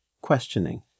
questioning